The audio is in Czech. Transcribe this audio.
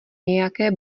nějaké